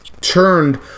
turned